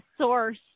source